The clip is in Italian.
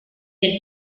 del